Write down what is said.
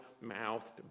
mouthed